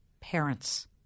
parents